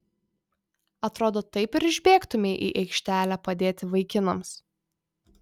atrodo taip ir išbėgtumei į aikštelę padėti vaikinams